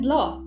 Law